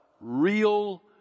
real